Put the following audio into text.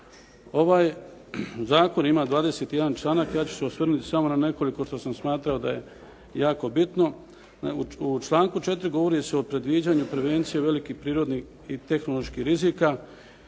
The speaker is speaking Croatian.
Ovaj zakon ima 21 članak. Ja ću se osvrnuti samo na nekoliko što sam smatramo da je jako bitno. U članku 4. govori se o predviđanju prevencije velikih prirodnih i tehnoloških rizika